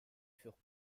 furent